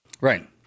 Right